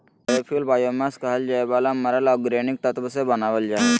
biofuel biomass कहल जावे वाला मरल ऑर्गेनिक तत्व से बनावल जा हइ